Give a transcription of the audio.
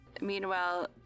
Meanwhile